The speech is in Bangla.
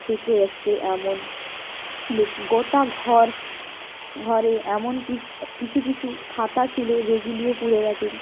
খেতে আসছে এমন গোটা ঘর ঘরে এমনকি কিছু কিছু খাতা ছিল যেগুলিও পুড়ে গেছে